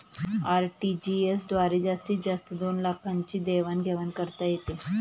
RTGS द्वारे जास्तीत जास्त दोन लाखांची देवाण घेवाण करता येते